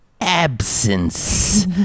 absence